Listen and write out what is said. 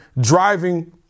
driving